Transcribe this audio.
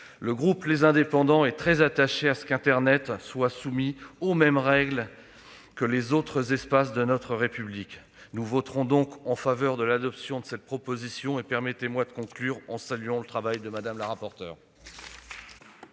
et Territoires est très attaché à ce qu'internet soit soumis aux mêmes règles que les autres espaces de notre République. Nous voterons donc en faveur de l'adoption de cette proposition de loi. Permettez-moi de conclure en saluant le travail de Mme la rapporteure.